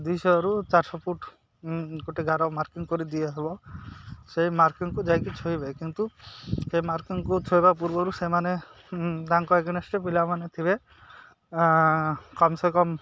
ଦୁଇଶହରୁ ଚାରିଶହ ଫୁଟ୍ ଗୋଟେ ଗାର ମାର୍କିଙ୍ଗ୍ କରି ଦିଆହବ ସେଇ ମାର୍କିଙ୍ଗ୍କୁ ଯାଇକି ଛୁଇଁବେ କିନ୍ତୁ ସେ ମାର୍କିଙ୍ଗ୍କୁ ଛୁଇଁବା ପୂର୍ବରୁ ସେମାନେ ତାଙ୍କ ଏଗ୍ନେଷ୍ଟ୍ରେ ପିଲାମାନେ ଥିବେ କମ୍ ସେ କମ୍